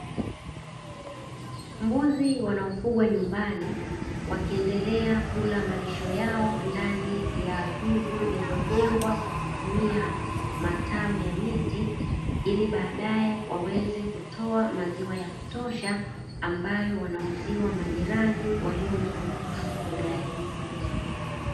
Mbuzi wanaofugwa nyumbani, wakiendelea kula malisho yao ndani ya zizi lililojengwa kwa kutumia matawi ya miti, ili baadae waweze kutoa maziwa ya kutosha ambayo wanauziwa majirani waliomzunguka mfugaji.